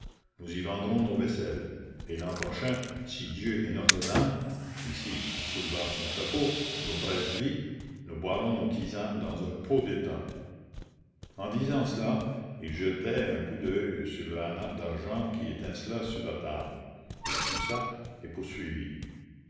nous y vendrons nos vaisselles et l'an prochain si dieu et notre-dame ici il souleva son chapeau nous prêtent vie nous boirons nos tisanes dans un pot d'étain en disant cela il jetait un coup d'oeil sur le hanap d'argent qui étincelait sur la table il toussa et poursuivit